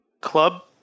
club